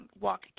walk